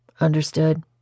Understood